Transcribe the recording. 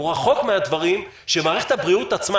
הוא רחוק מהדברים שמערכת הבריאות עצמה,